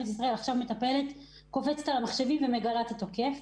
ישראל תקפוץ על המחשבים ותגלה את התוקף,